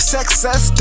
Success